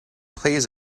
plays